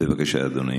בבקשה, אדוני.